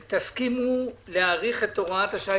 תסכימו להאריך את הוראת השעה.